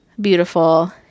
beautiful